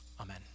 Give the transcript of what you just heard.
Amen